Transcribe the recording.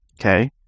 Okay